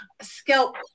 scalp